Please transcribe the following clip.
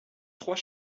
trois